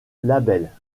labelle